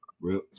Real